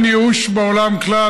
אין ייאוש בעולם כלל,